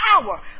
power